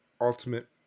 ultimate